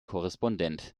korrespondent